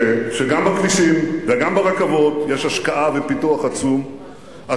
אני חייב להגיד שגם בכבישים וגם ברכבות יש השקעה ופיתוח עצומים,